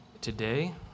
today